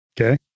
Okay